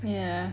ya